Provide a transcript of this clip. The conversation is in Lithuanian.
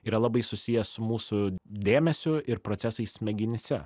yra labai susiję su mūsų dėmesiu ir procesais smegenyse